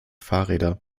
fahrräder